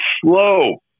slow